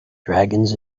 dragons